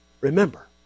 Remember